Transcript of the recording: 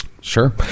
Sure